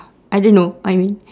I don't know I mean